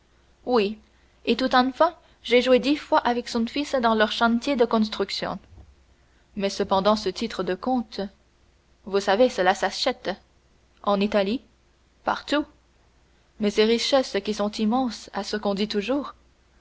oui et tout enfant j'ai joué dix fois avec son fils dans leurs chantiers de construction mais cependant ce titre de comte vous savez cela s'achète en italie partout mais ces richesses qui sont immenses à ce qu'on dit toujours